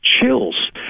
chills